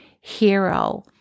hero